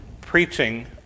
preaching